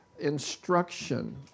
instruction